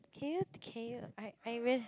can you can you I I